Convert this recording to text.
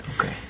okay